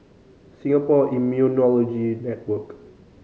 Singapore Immunology Network